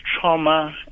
trauma